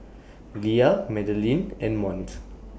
Lea Madelyn and Mont